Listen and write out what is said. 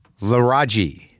Laraji